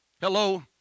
Hello